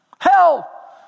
Hell